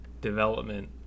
development